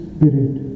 Spirit